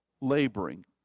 laboring